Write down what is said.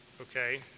okay